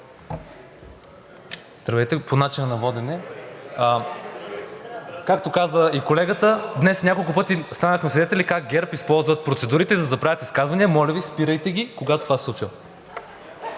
Здравейте. По начина на водене. Както каза и колегата, днес няколко пъти станахме свидетели как ГЕРБ използват процедурите, за да правят изказвания. Моля Ви, спирайте ги, когато това се случва!